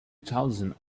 thousand